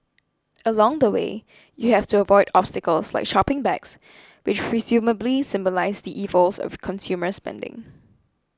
along the way you have to avoid obstacles like shopping bags which presumably symbolise the evils of consumer spending